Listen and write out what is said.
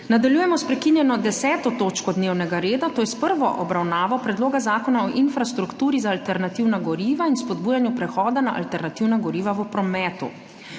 Nadaljujemo sprekinjeno 10. točko dnevnega reda, to je s prvo obravnavo Predloga zakona o infrastrukturi za alternativna goriva in spodbujanju prehoda na alternativna goriva v prometu.